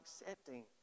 accepting